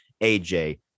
AJ